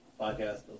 podcast